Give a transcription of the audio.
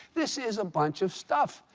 this is a bunch of stuff.